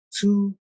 two